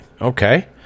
Okay